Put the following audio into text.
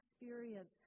experience